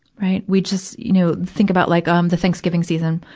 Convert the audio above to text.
right. we just, you know, think about like, um, the thanksgiving season,